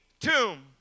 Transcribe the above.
tomb